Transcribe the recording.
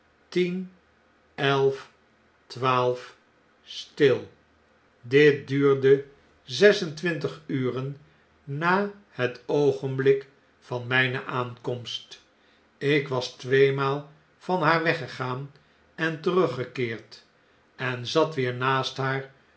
tien elf twaalf stil dit duurde zes en twintig uren na het oogenblik van mgne aankomst ik was tweemaal van haar weggegaan en teruggekeerd en zat weer naast haar